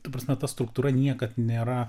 ta prasme ta struktūra niekad nėra